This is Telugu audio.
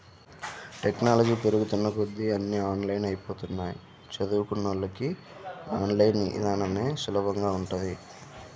టెక్నాలజీ పెరుగుతున్న కొద్దీ అన్నీ ఆన్లైన్ అయ్యిపోతన్నయ్, చదువుకున్నోళ్ళకి ఆన్ లైన్ ఇదానమే సులభంగా ఉంటది